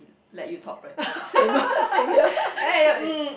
he let you talk right same same ya he like